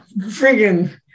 friggin